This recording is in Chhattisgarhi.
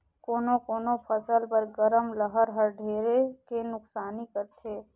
कोनो कोनो फसल बर गरम लहर हर ढेरे के नुकसानी करथे